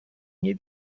nie